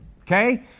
Okay